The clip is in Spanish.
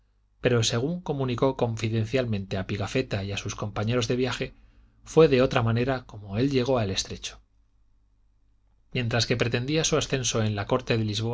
pero según comunicó confidencialmente a pigafetta y a sus compañeros de viaje fué de otra manera como él llegó al estrecho mientras que pretendía su ascenso en la corte de